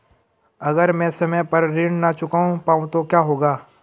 अगर म ैं समय पर ऋण न चुका पाउँ तो क्या होगा?